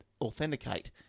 authenticate